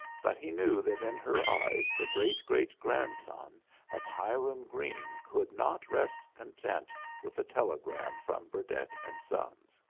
but he knew that in her eyes the great-great-grandson of hiram greene could not rest content with a telegram from burdett and sons.